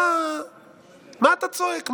מה אתה צועק?